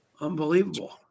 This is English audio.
Unbelievable